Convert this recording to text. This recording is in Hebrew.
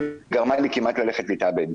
גרמה לי כמעט ללכת להתאבד.